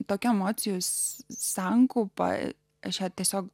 tokia emocijos sankaupa aš ją tiesiog